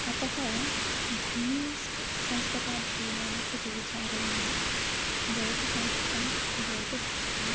अतः धन्यास्मि संस्कृताध्ययनेन इति विचारयामि जयतु संस्कृतं जयतु भारतम्